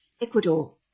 Ecuador